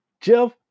Jeff